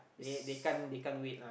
they they can't they can't wait lah